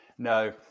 No